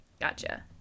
Gotcha